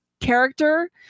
character